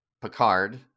Picard